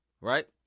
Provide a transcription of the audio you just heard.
right